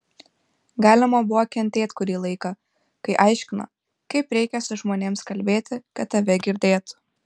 galima buvo kentėt kurį laiką kai aiškino kaip reikia su žmonėms kalbėti kad tave girdėtų